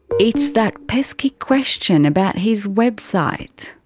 it's that pesky question about his website,